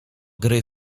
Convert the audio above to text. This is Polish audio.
gry